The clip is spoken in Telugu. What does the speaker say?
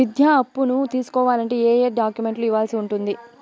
విద్యా అప్పును తీసుకోవాలంటే ఏ ఏ డాక్యుమెంట్లు ఇవ్వాల్సి ఉంటుంది